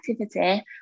activity